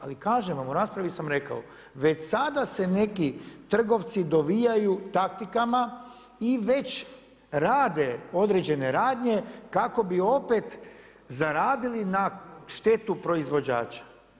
Ali kažem vam u raspravi sam rekao već sada se neki trgovci dovijaju taktikama i već rade određene radnje kako bi opet zaradili na štetu proizvođača.